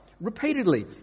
Repeatedly